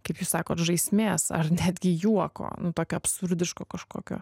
kaip jūs sakot žaismės ar netgi juoko nu tokio absurdiško kažkokio